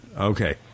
Okay